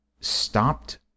stopped